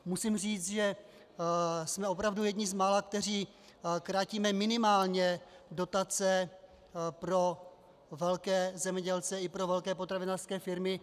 Musím říct, že jsme opravdu jedni z mála, kteří krátíme minimálně dotace pro velké zemědělce i pro velké potravinářské firmy.